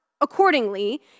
accordingly